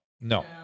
no